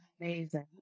Amazing